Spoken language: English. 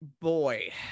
boy